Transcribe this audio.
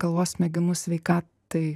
galvos smegenų sveikatai